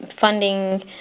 funding